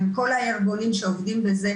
עם כל הארגונים שעובדים בזה,